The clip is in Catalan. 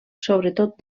sobretot